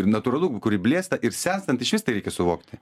ir natūralu kuri blėsta ir senstant išvis tereikia suvokti